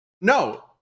no